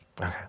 Okay